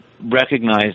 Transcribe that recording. recognize